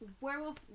Werewolf